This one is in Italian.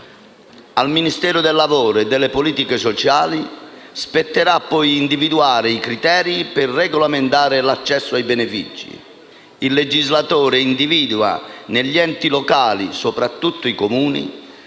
Al Ministero del lavoro e delle politiche sociali, spetterà poi individuare i criteri per regolamentare l'accesso ai benefici. Il legislatore individua negli enti locali, soprattutto i Comuni,